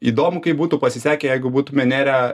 įdomu kaip būtų pasisekę jeigu būtume nėrę